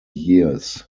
years